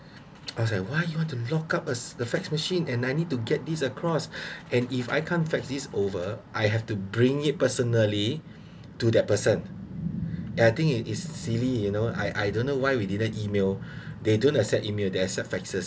I was like why you want to lock up us the fax machine and I need to get these across and if I can't fix these over I have to bring it personally to that person ya I think is silly you know I I don't know why we didn't email they don't accept emailed they accept faxes